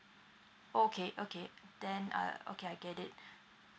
okay okay then uh okay I get it